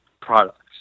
products